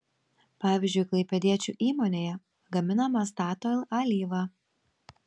pavyzdžiui klaipėdiečių įmonėje gaminama statoil alyva